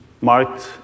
marked